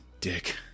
dick